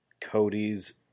Cody's